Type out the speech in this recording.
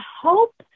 hope